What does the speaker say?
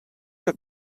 que